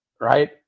right